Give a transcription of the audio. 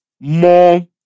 more